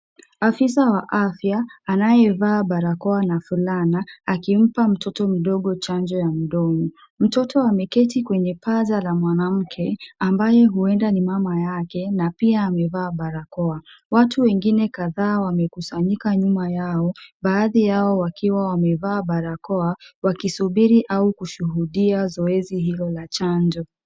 Afisa wa afya anayevaa barakoa na fulana akimpa mtoto mdogo chanjo ya mdomo. Mtoto ameketi kwenye paja la mwanamke ambaye huenda ni mama yake na pia amevaa barakoa. Watu wengine kadhaa wamekusanyika nyuma yao, baadhi yao wakiwa wamevaa barakoa, wakisubiri au kushuhudia zoezi hilo la chanjo.